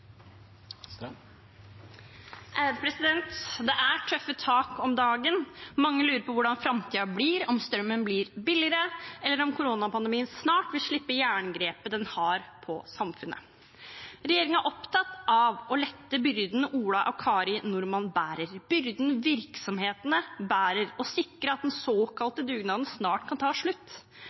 tøffe tak om dagen. Mange lurer på hvordan framtiden blir, om strømmen blir billigere eller om koronapandemien snart vil slippe jerngrepet den har på samfunnet. Regjeringen er opptatt av å lette byrden Ola og Kari Nordmann bærer, byrden virksomhetene bærer, og å sikre at den såkalte dugnaden snart kan ta slutt.